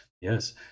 Yes